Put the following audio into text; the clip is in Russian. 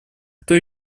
кто